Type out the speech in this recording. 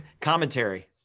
commentary